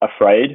afraid